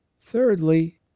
Thirdly